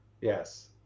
Yes